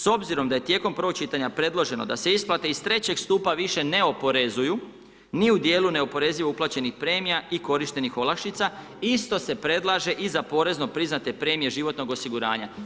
S obzirom da je tijekom prvog čitanja predloženo da se isplate iz 3. stupa više ne oporezuju ni u dijelu neoporezivo uplaćenih premija i korištenih olakšica, isto se predlaže i za porezno priznate premije životnog osiguranja.